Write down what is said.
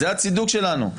זה הצידוק שלנו.